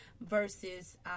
versus